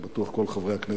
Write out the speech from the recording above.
אני בטוח כל חברי הכנסת,